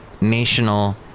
National